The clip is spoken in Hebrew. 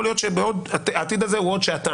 יכול להיות שהעתיד הזה הוא עוד שעתיים,